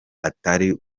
atari